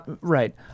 Right